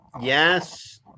Yes